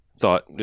thought